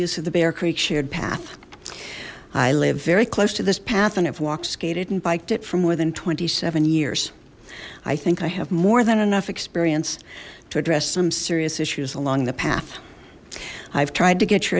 use of the bear creek shared path i live very close to this path and if walked skated and biked it for more than twenty seven years i think i have more than enough experience to address some serious issues along the path i've tried to get your